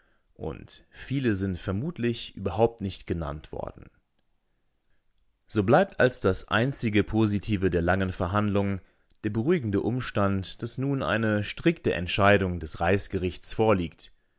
und viele sind vermutlich überhaupt nicht genannt worden so bleibt als das einzige positive der langen verhandlung der beruhigende umstand daß nun eine strikte entscheidung des reichsgerichts vorliegt